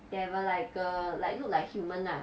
devil liker like look like human lah